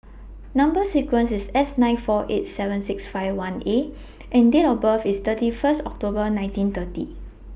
Number sequence IS S nine four eight seven six fifty one A and Date of birth IS thirty First October nineteen thirty